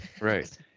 right